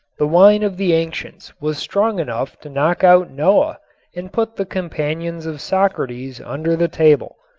the wine of the ancients was strong enough to knock out noah and put the companions of socrates under the table,